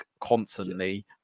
constantly